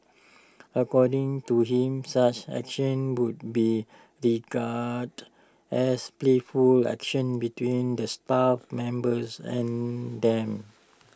according to him such actions would be regarded as playful actions between the staff members and them